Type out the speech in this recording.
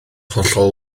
hollol